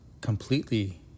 Completely